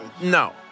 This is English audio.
no